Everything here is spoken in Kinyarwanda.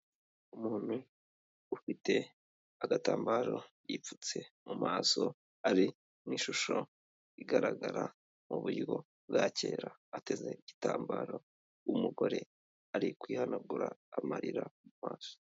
Umuntu ufite agatambaro yipfutse mu maso ari mu ishusho igaragara mu buryo bwa kera ateze igitambaro, uwo mugore ari kwihanagura amarira mu maso.